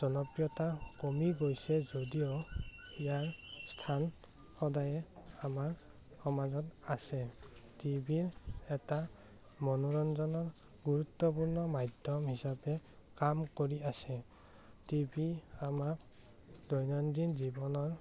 জনপ্ৰিয়তা কমি গৈছে যদিও ইয়াৰ স্থান সদায়ে আমাৰ সমাজত আছে টিভি ৰ এটা মনোৰঞ্জনৰ গুৰুত্বপূৰ্ণ মাধ্যম হিচাপে কাম কৰি আছে টিভি আমাক দৈনন্দিন জীৱনৰ